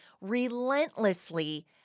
relentlessly